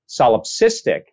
solipsistic